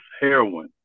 heroin